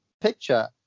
picture